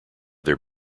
their